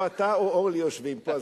או אתה או אורלי יושבים פה,